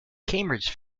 cambridge